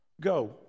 go